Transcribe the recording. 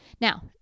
Now